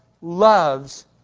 loves